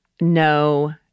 no-